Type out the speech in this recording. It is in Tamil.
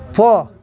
போ